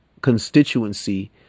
constituency